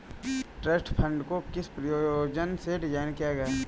Trust fund को किस प्रयोजन से डिज़ाइन किया गया है?